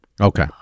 okay